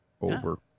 over